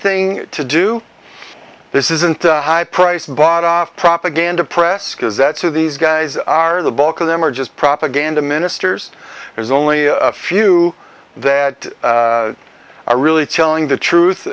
thing to do this isn't high price and bought off propaganda press because that's who these guys are the bulk of them are just propaganda ministers there's only a few that are really telling the truth